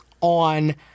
on